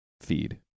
feed